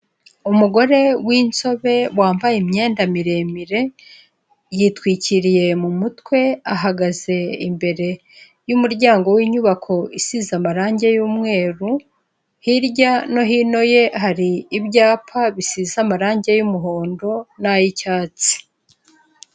Umugore w'insobe wambaye imyenda miremire yitwikiriye mu mutwe, ahagaze imbere y'umuryango w'inyubako isize amarange y'umweru, hirya no hino ye hari ibyapa bisize amarange y'umuhondo n'ay'icyatsi.